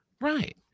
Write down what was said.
Right